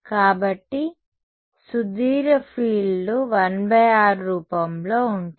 కాబట్టి సుదూర ఫీల్డ్లు 1r రూపంలో ఉంటాయి